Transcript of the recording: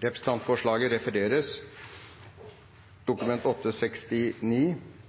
Det voteres over forslaget: Dokument